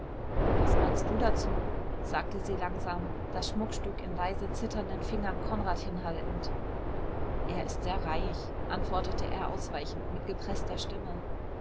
was meinst du dazu sagte sie langsam das schmuckstück in leise zitternden fingern konrad hinhaltend er ist sehr reich antwortete er ausweichend mit gepreßter stimme